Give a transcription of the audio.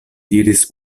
diris